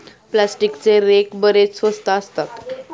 प्लास्टिकचे रेक बरेच स्वस्त असतात